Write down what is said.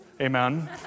amen